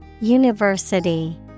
university